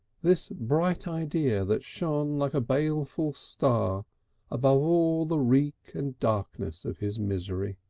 this bright idea that shone like a baleful star above all the reek and darkness of his misery.